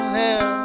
hair